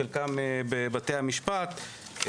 חלקם בבתי המשפט.